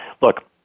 look